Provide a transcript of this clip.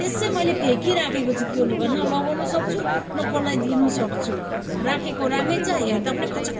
त्यसै मैले फ्याँकिराखेको छु त्यो लुगा न लगाउन सक्छु न कसैलाई दिन सक्छु राखेको राखै छ हेर्दा पनि कचाक कुचुक